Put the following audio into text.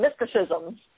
mysticism